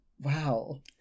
wow